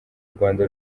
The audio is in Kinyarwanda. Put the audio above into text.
rwanda